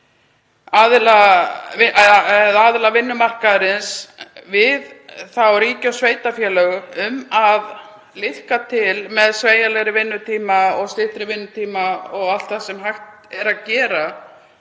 aðila vinnumarkaðarins við ríki og sveitarfélög um að liðka til með sveigjanlegri vinnutíma og styttri vinnutíma og öllu því sem hægt er að gera.